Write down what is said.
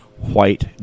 white